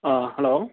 hello